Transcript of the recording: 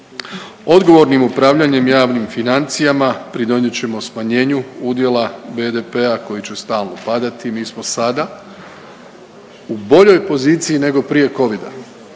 Odgovornim upravljanjem javnim financijama pridonijet ćemo smanjenju udjela BDP-a koji će stalno padati, mi smo sada u boljoj poziciji nego prije covida,